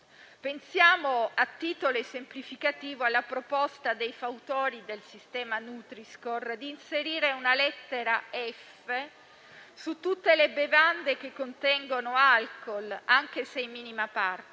Pensiamo, a titolo esemplificativo, alla proposta dei fautori del sistema nutri-score di inserire una lettera F su tutte le bevande che contengono alcool, anche se in minima parte.